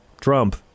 Trump